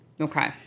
Okay